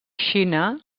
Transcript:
xina